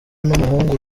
n’umuhungu